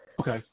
Okay